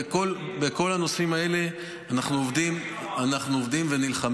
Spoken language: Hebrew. בכל הנושאים האלה אנחנו עובדים ונלחמים.